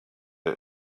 and